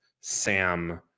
Sam